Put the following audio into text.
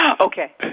okay